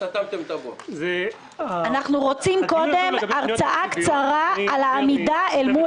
אנחנו רוצים קודם הרצאה קצרה על העמידה אל מול